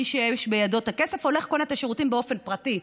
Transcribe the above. מי שיש בידו את הכסף הולך קונה את השירותים באופן פרטי.